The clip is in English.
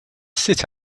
sit